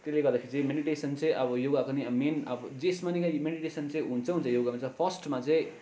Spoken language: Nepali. त्यसले गर्दाखेरि चाहिँ मेडिटेसन चाहिँ अब योगाको नि अब मेन अब जेमा पनि क्या मेडिटेसन चाहिँ हुन्छै हुन्छ योगामा चाहिँ फर्स्टमा चाहिँ